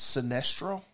Sinestro